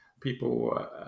people